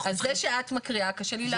זה שאת מקריאה קשה לי לעקוב.